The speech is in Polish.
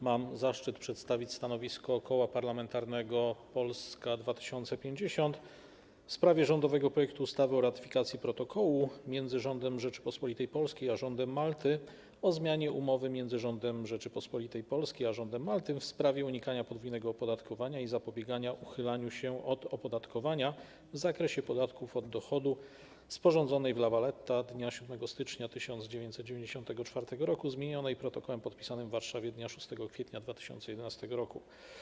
Mam zaszczyt przedstawić stanowisko Koła Parlamentarnego Polska 2050 w sprawie rządowego projektu ustawy o ratyfikacji Protokołu między Rządem Rzeczypospolitej Polskiej a Rządem Malty o zmianie Umowy między Rządem Rzeczypospolitej Polskiej a Rządem Malty w sprawie unikania podwójnego opodatkowania i zapobiegania uchylaniu się od opodatkowania w zakresie podatków od dochodu, sporządzonej w La Valleta dnia 7 stycznia 1994 roku, zmienionej Protokołem podpisanym w Warszawie dnia 6 kwietnia 2011 roku.